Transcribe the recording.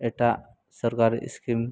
ᱮᱴᱟᱜ ᱥᱚᱨᱠᱟᱨᱤ ᱤᱥᱠᱤᱢ